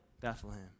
Bethlehem